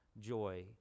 joy